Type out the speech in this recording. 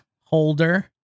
holder